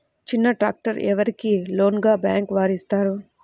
చిన్న ట్రాక్టర్ ఎవరికి లోన్గా బ్యాంక్ వారు ఇస్తారు?